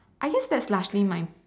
I guess that's largely my